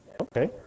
Okay